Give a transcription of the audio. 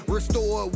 Restore